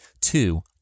Two